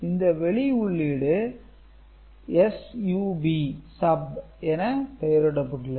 இந்த வெளி உள்ளீடு SUB என பெயரிடப்பட்டுள்ளது